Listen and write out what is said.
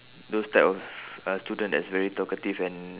those type of uh student that's very talkative and